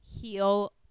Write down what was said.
heal